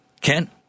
Ken